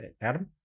Adam